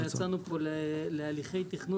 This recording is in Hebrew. אנחנו יצאנו פה להליכי תכנון,